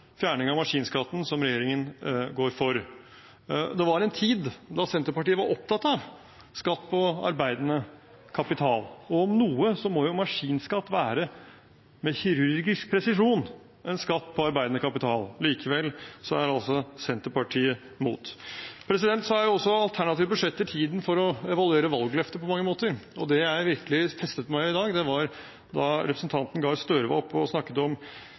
fjerning av maskinskatten som regjeringen går inn for. Det var en tid da Senterpartiet var opptatt av skatt på arbeidende kapital, og om noe må maskinskatt være – med kirurgisk presisjon – en skatt på arbeidende kapital. Likevel er altså Senterpartiet imot. Så er jo alternative budsjetter på mange måter også tiden for å evaluere valgløfter. Det jeg virkelig festet meg ved i dag, var at representanten Gahr Støre var oppe og snakket om